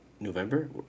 November